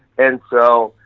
and so,